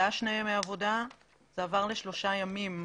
זה היה שני ימי עבודה ועבר לשלושה ימים.